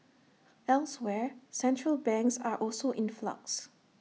elsewhere central banks are also in flux